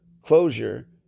Closure